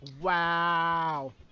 Wow